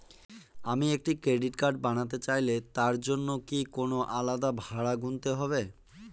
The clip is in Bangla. আমি একটি ক্রেডিট কার্ড বানাতে চাইলে তার জন্য কি কোনো আলাদা ভাড়া গুনতে হবে?